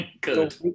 Good